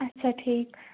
اچھا ٹھیٖک